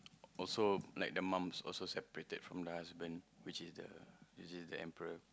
also like the mum's also separated from the husband which is the is the emperor